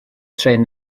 trên